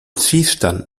schießstand